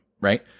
right